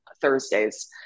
Thursdays